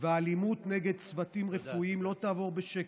ואלימות נגד צוותים רפואיים לא תעבור בשקט.